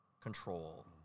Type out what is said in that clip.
control